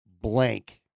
blank